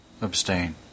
Abstain